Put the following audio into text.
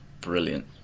Brilliant